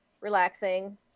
relaxing